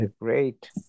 great